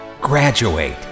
graduate